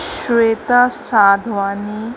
Shweta Sadhwani